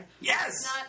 Yes